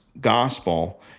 gospel